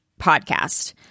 podcast